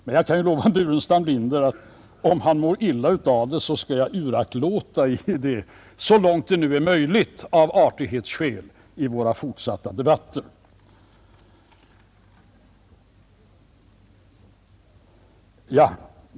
Men jag kan ju lova herr Burenstam Linder att om han mår illa av detta så skall jag så långt möjligt uraktlåta att kommentera något anförande av artighetsskäl i den fortsatta debatten.